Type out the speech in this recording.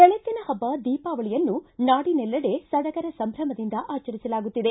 ಬೆಳಕಿನ ಹಬ್ಬ ದೀಪಾವಳಿಯನ್ನು ನಾಡಿನೆಲ್ಲೆಡೆ ಸಡಗರ ಸಂಭ್ರಮದಿಂದ ಆಚರಿಸಲಾಗುತ್ತಿದೆ